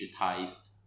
digitized